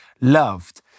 loved